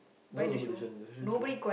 not superstition it's actually true